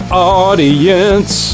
audience